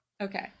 Okay